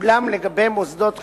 אולם לגבי מוסדות חינוך,